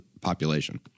population